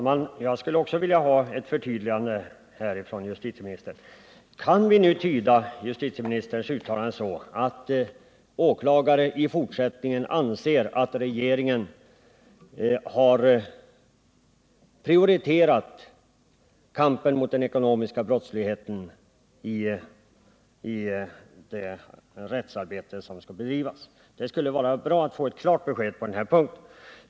Herr talman! Också jag skulle vilja ha ett förtydligande från justitieministern i denna debatt. Kan vi nu tyda justitieministerns uttalande så att åklagare i fortsättningen skall anse, att regeringen har prioriterat kampen mot den ekonomiska brottsligheten i det rättsarbete som skall bedrivas? Det skulle vara bra att få ett klart besked på denna punkt.